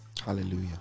Hallelujah